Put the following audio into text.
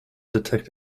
detect